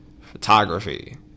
photography